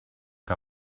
que